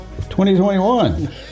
2021